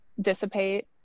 dissipate